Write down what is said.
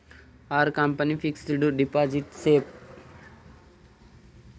Are company fixed deposit safe?